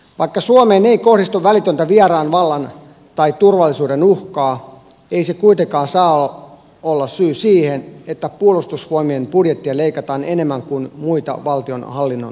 vaikka suomeen ei kohdistu välitöntä vieraan vallan tai muuta uhkaa turvallisuudelle ei se kuitenkaan saa olla syy siihen että puolustusvoimien budjettia leikataan enemmän kuin muita valtionhallinnon toimialoja